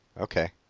Okay